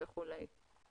וכולי.